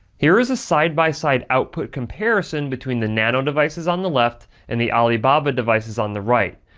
here is a side-by-side output comparison between the nano devices on the left and the alibaba devices on the right.